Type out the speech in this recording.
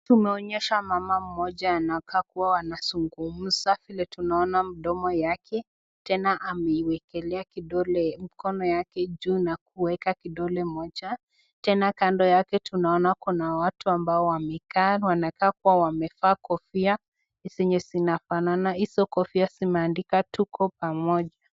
Tunaonyeshwa mama mmoja anakaa kuwa anazungumza vile tunaona mdomo yake. Tena ameiwekelea kidole mkono yake juu na kuweka kidole moja. Tena kando yake tunaona kuna watu ambao wamekaa wanakaa kuwa wamevaa kofia zenye zinafanana hizo kofia zimeandikwa tuko pamoja.